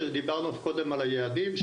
שדיברנו קודם על היעדים,